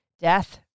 death